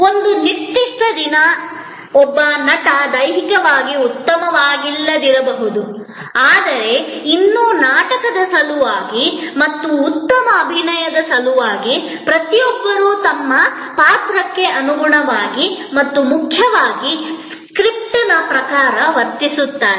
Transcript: ಒಂದು ನಿರ್ದಿಷ್ಟ ದಿನ ಇರಬಹುದು ಒಬ್ಬ ನಟ ದೈಹಿಕವಾಗಿ ಉತ್ತಮವಾಗಿಲ್ಲ ಆದರೆ ಇನ್ನೂ ನಾಟಕದ ಸಲುವಾಗಿ ಮತ್ತು ಉತ್ತಮ ಅಭಿನಯದ ಸಲುವಾಗಿ ಪ್ರತಿಯೊಬ್ಬರೂ ತಮ್ಮ ಪಾತ್ರಕ್ಕೆ ಅನುಗುಣವಾಗಿ ಮತ್ತು ಮುಖ್ಯವಾಗಿ ಸ್ಕ್ರಿಪ್ಟ್ನ ಪ್ರಕಾರ ವರ್ತಿಸುತ್ತಾರೆ